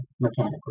mechanically